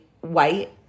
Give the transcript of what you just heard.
white